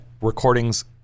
recordings